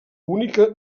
única